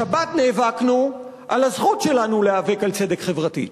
בשבת נאבקנו על הזכות שלנו להיאבק על צדק חברתי.